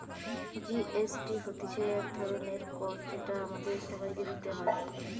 GST হতিছে এক ধরণের কর যেটা আমাদের সবাইকে দিতে হয়